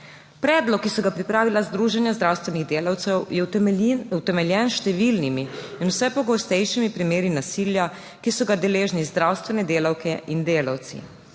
Predlog, ki so ga pripravila združenja zdravstvenih delavcev, je utemeljen s številnimi in vse pogostejšimi primeri nasilja, ki so ga deležni zdravstvene delavke in delavci.